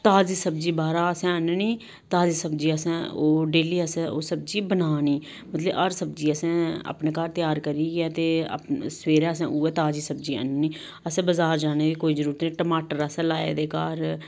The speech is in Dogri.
ताजी सब्जी बाह्रा दा असें आह्ननी ताजी सब्जी असें ओह् डेली असें ओह् सब्जी बनानी मतलब हर सब्जी असें अपने घर त्यार करियै ते अपने सवेरे असें उ'ऐ ताजी सब्जी आह्ननी असेंगी बजार जाने दी कोई जरूरत निं टमाटर असें लाए दे घर